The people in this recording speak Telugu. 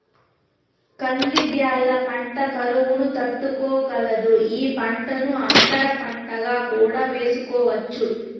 కంది బ్యాళ్ళ పంట కరువును తట్టుకోగలదు, ఈ పంటను అంతర పంటగా కూడా వేసుకోవచ్చు